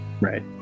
Right